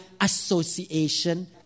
association